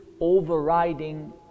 overriding